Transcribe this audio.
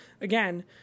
again